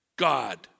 God